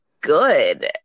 Good